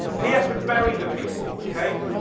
he has to bury the people, ok?